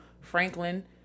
Franklin